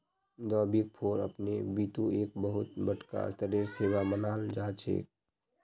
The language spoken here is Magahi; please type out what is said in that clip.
द बिग फोर अपने बितु एक बहुत बडका स्तरेर सेवा मानाल जा छेक